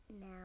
No